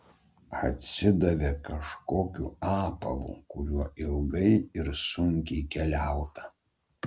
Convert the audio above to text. atsidavė kažkokiu apavu kuriuo ilgai ir sunkiai keliauta